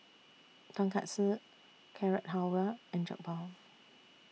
Tonkatsu Carrot Halwa and Jokbal